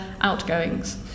outgoings